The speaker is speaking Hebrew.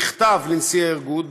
מכתב לנשיא האיגוד,